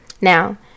Now